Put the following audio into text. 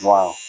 Wow